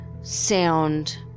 sound